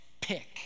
Pick